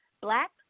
Black